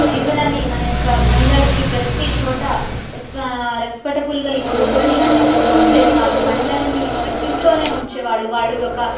జీవనాన్ని మన యొక్క మహిళలకి ప్రతీ చోట రెస్ రెస్పెక్టబుల్గా ఇప్పుడు ఉంటుంది కానీ అప్పట్లో ఉండేది కాదు మహిళలని వంటింట్లోనే ఉంచేవాళ్ళు వాళ్ళు ఒక